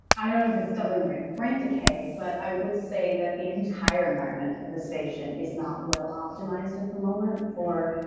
i don't know if it's doubling the rate of brain decay but i would say that the entire environment of the station is not well optimized at the moment for